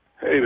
Hey